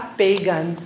pagan